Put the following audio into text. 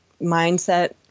mindset